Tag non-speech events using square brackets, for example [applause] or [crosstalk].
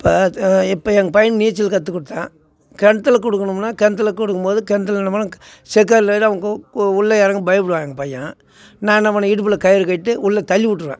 இப்போ இப்போ எங்கள் பையனுக்கு நீச்சல் கற்று கொடுத்தேன் கிணத்துல கொடுக்கணுமுன்னா கிணத்துல கொடுக்கும் போது கிணத்துல என்ன பண்ணுவோம் [unintelligible] உள்ள இறங்க பயப்புடுவான் எங்கள் பையன் நான் என்ன பண்ண இடுப்பில் கயிறு கட்டி உள்ள தள்ளி விட்ருவேன்